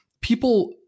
People